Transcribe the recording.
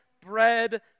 bread